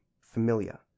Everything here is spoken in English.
familiar